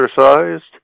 exercised